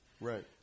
Right